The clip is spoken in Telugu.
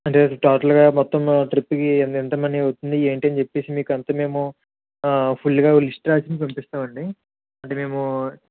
అంటే టోటల్గా మొత్తము ట్రిప్పుకి ఎన్ని ఎంత మనీ అవుతుందని చెప్పేసి ఏంటని చెప్పేసి మీకు అయితే మేము ఫుల్గా ఓ లిస్టు రాసి పంపిస్తావండి అంటే మేము